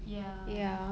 ya